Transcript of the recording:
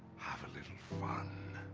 have a little fun?